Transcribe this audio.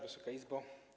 Wysoka Izbo!